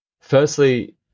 firstly